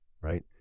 right